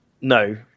no